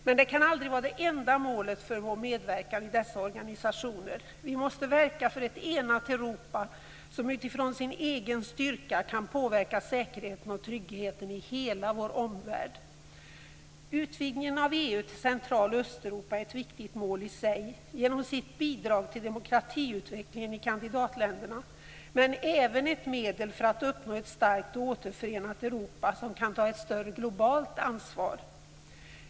Men det kan aldrig vara det enda målet för vår medverkan i dessa organisationer. Vi måste verka för ett enat Europa som utifrån sin egen styrka kan påverka säkerheten och tryggheten i hela vår omvärld. Utvidgningen av EU till Central och Östeuropa är ett viktigt mål i sig genom sitt bidrag till demokratiutvecklingen i kandidatländerna, men även ett medel för att uppnå ett starkt och återförenat Europa som kan ta ett större globalt ansvar.